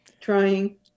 trying